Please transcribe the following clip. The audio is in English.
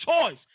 choice